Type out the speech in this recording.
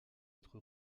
être